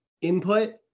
input